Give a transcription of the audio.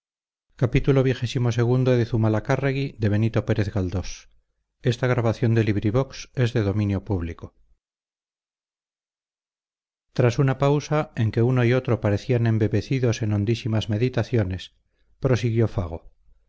tras una pausa en que uno y otro parecían embebecidos en hondísimas meditaciones prosiguió fago